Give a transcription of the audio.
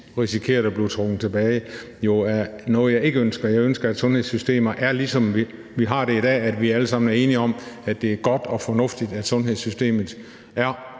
risikerer at blive trukket tilbage, jo er noget, jeg ikke ønsker. Jeg ønsker, at sundhedssystemer er, som vi har det i dag, nemlig at vi alle sammen er enige om, at det er godt og fornuftigt, at sundhedssystemet er